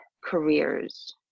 careers